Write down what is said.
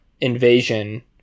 invasion